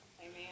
Amen